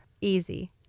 easy